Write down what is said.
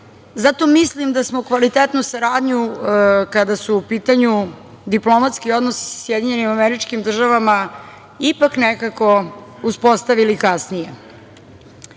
Zato mislim da smo kvalitetnu saradnju kada su u pitanju diplomatski odnosi sa SAD ipak, nekako, uspostavili kasnije. Dokaz